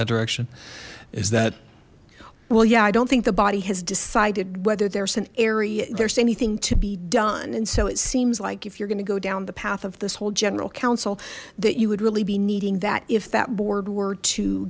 that direction is that well yeah i don't think the body has decided whether there's an area there's anything to be done and so it seems like if you're going to go down the path of this whole general council that you would really be needing that if that board were to